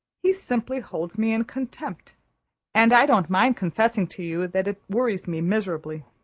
he simply holds me in contempt and i don't mind confessing to you that it worries me miserably.